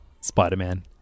Spider-Man